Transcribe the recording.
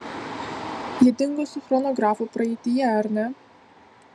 jie dingo su chronografu praeityje ar ne